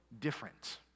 different